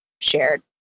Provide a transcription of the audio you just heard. shared